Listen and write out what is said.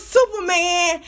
Superman